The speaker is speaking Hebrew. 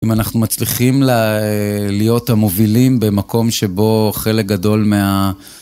אם אנחנו מצליחים להיות המובילים במקום שבו חלק גדול מה...